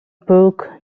brook